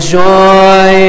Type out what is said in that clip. joy